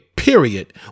Period